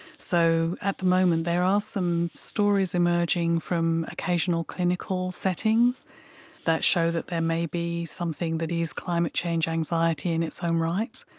so at the moment there are some stories emerging from occasional clinical settings that show that there may be something that is climate change anxiety in its own um right,